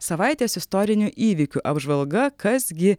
savaitės istorinių įvykių apžvalga kas gi